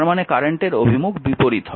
তার মানে কারেন্টের অভিমুখ বিপরীত হবে